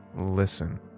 Listen